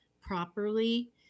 properly